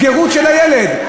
גרות של הילד.